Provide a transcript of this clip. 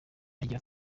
agira